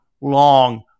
long